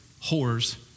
whores